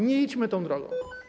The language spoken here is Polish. Nie idźmy tą drogą.